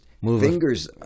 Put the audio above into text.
fingers